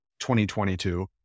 2022